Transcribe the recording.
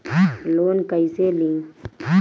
Loan कईसे ली?